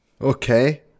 okay